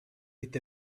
with